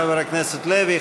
חבר הכנסת לוי,